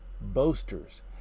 boasters